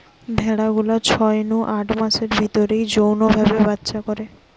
ভেড়া গুলা ছয় নু আট মাসের ভিতরেই যৌন ভাবে বাচ্চা করে